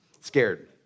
scared